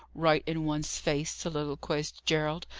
right in one's face! soliloquized gerald,